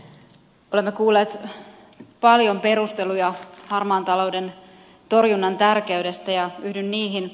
olemme kuulleet paljon perusteluja harmaan talouden torjunnan tärkeydestä ja yhdyn niihin